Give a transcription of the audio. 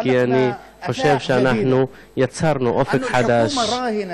כי אני חושב שאנחנו יצרנו אופק חדש.